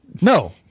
no